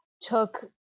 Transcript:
took